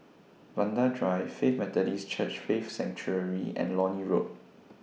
Vanda Drive Faith Methodist Church Faith Sanctuary and Lornie Road